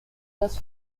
das